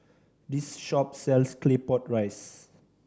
this shop sells Claypot Rice